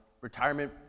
retirement